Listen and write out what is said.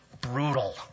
brutal